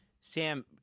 Sam